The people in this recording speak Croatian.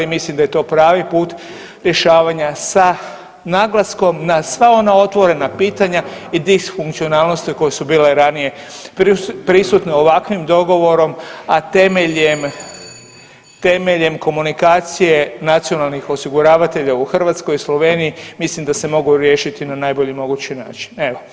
I mislim da je to pravi put rješavanja sa naglaskom na sva ona otvorena pitanja i disfunkcionalnosti koje su bile ranije prisutne ovakvim dogovorom, a temeljem komunikacije nacionalnih osiguravatelja u Hrvatskoj, Sloveniji mislim da se mogu riješiti na najbolji mogući način.